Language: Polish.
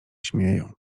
śmieją